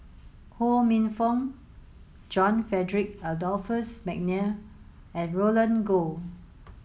Ho Minfong John Frederick Adolphus McNair and Roland Goh